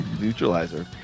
neutralizer